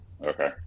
Okay